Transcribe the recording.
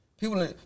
People